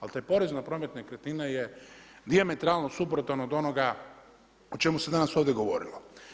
Ali taj porez na promet nekretnina je dijametralno suprotan od onoga o čemu se danas ovdje govorilo.